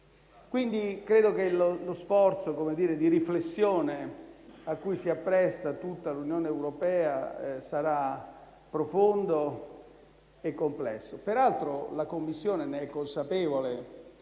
Quindi, credo che lo sforzo di riflessione a cui si appresta tutta l'Unione europea sarà profondo e complesso. Peraltro, la Commissione ne è consapevole;